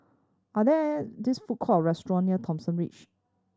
are there this food court or restaurant near Thomson Ridge